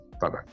Bye-bye